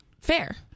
fair